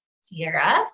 Sierra